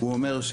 הוא אומר,